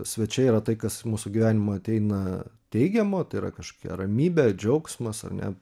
svečiai yra tai kas į mūsų gyvenimą ateina teigiamo tai yra kažkokia ramybė džiaugsmas ar ne